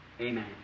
Amen